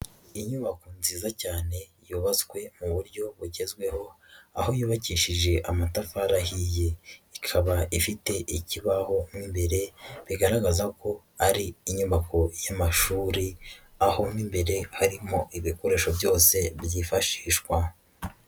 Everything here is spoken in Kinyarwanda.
Inyubako nziza cyane yubatswe mu buryo bugezweho aho yubakishije amatafari ahiye, ikaba ifite ikibaho mo mbere bigaragaza ko ari inyubako y'amashuri aho mo imbere harimo ibikoresho byose byifashishwa.